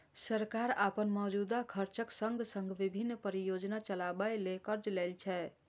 सरकार अपन मौजूदा खर्चक संग संग विभिन्न परियोजना चलाबै ले कर्ज लै छै